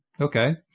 okay